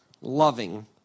loving